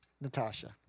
Natasha